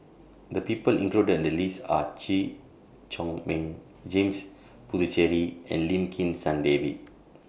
The People included in The list Are Chew Chor Meng James Puthucheary and Lim Kim San David